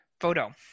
photo